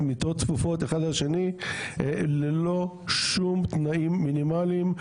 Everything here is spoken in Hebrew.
מיטות צפופות אחד על השני ללא שום תנאים מינימליים.